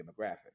demographic